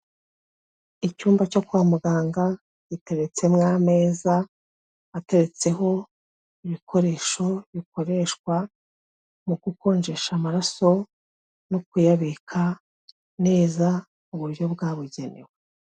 Icyumba cyo kwa muganga giteretsemo ameza, ateretseho ibikoresho bikoreshwa mu gukonjesha amaraso no kuyabika neza mu buryo bwabugenewe.